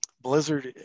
Blizzard